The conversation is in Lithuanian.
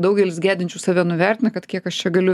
daugelis gedinčių save nuvertina kad kiek aš čia galiu